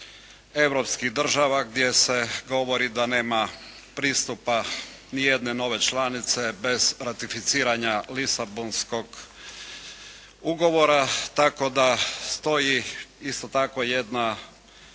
europskih država gdje se govori da nema pristupa nijedne nove članice bez ratificiranja Lisabonskog ugovora, tako da stoji isto tako